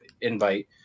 invite